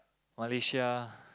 Malaysia